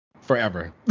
forever